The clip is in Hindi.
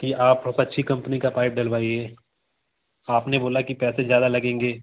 कि आप पक्षी कम्पनी का पाइप डलवाइए आपने बोला कि पैसे ज़्यादा लगेंगे